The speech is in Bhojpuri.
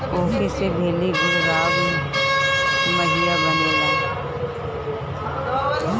ऊखी से भेली, गुड़, राब, माहिया बनेला